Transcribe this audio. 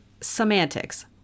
Semantics